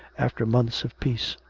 after months of peace.